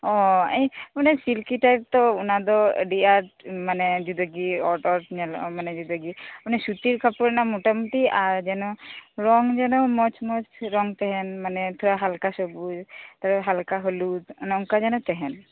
ᱚ ᱚᱱᱮ silky type ᱛᱚ ᱚᱱᱟ ᱫᱚ ᱟ ᱰᱤ ᱟᱸᱴ ᱢᱟᱱᱮ ᱡᱩᱫᱟᱹᱜᱮ ᱚᱸᱴ ᱚᱸᱴ ᱧᱮᱞᱚᱜᱼᱟ ᱢᱟᱱᱮ ᱡᱩᱫᱟᱹᱜᱮ ᱚᱱᱮ ᱥᱩᱛᱤᱨ ᱠᱟᱯᱚᱲ ᱨᱮᱱᱟᱜ ᱢᱚᱴᱟ ᱢᱡᱩᱴᱤ ᱟᱨ ᱡᱮᱱᱚ ᱨᱚᱝ ᱡᱮᱱᱚ ᱢᱚᱸᱡᱽ ᱢᱚᱸᱡᱽ ᱨᱚᱝ ᱛᱟᱦᱮᱸᱱ ᱢᱟᱱᱮ ᱛᱷᱚᱲᱟ ᱦᱟᱞᱠᱟ ᱥᱚᱵᱩᱡᱽ ᱛᱚ ᱦᱟᱞᱠᱟ ᱦᱚᱞᱩᱫᱽ ᱱᱚᱝᱠᱟ ᱡᱮᱱᱚ ᱛᱟᱦᱮᱸᱱ